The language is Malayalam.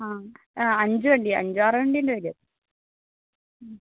ആ അഞ്ച് വണ്ടി അഞ്ചാറ് വണ്ടി ഉണ്ടാവില്ലേ